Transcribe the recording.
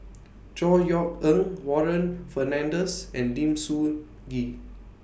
Chor Yeok Eng Warren Fernandez and Lim Soo Ngee